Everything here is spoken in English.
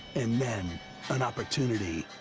and then an opportunity.